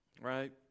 right